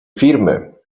firmy